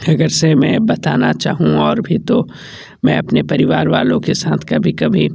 अगर से मैं बताना चाहूँ और भी तो मैं अपने परिवारवालों के साथ कभी कभी